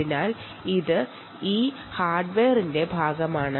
അതിനാൽ ഇത് ഈ ഹാർഡ്വെയറിന്റെ ഭാഗമാണ്